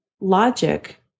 logic